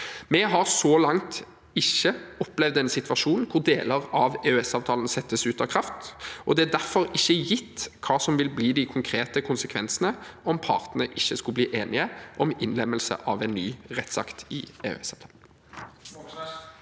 Vi har så langt ikke opplevd en situasjon hvor deler av EØS-avtalen settes ut av kraft, og det er derfor ikke gitt hva som vil bli de konkrete konsekvensene om partene ikke skulle bli enige om innlemmelse av en ny rettsakt i EØS-avtalen.